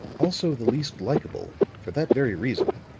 also, the least likable, for that very reason.